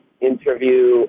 interview